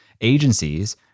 agencies